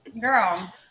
Girl